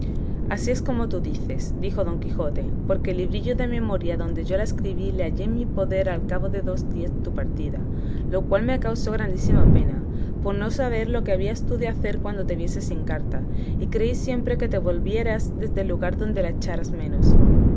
así es como tú dices dijo don quijote porque el librillo de memoria donde yo la escribí le hallé en mi poder a cabo de dos días de tu partida lo cual me causó grandísima pena por no saber lo que habías tú de hacer cuando te vieses sin carta y creí siempre que te volvieras desde el lugar donde la echaras menos